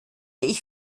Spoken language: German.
ich